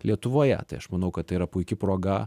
lietuvoje tai aš manau kad tai yra puiki proga